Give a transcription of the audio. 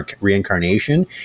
reincarnation